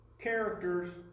characters